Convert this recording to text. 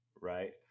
right